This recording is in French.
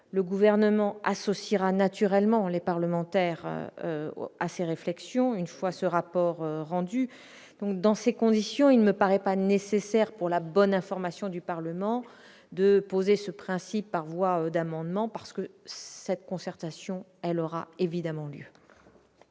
le gouvernement associera naturellement les parlementaires à ces réflexions, une fois ce rapport rendu donc dans ces conditions, il ne paraît pas nécessaire pour la bonne information du Parlement de poser ce principe par voie d'amendements parce que cette concertation, elle aura évidemment lieu.